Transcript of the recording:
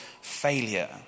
failure